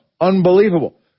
Unbelievable